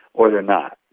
or they're not.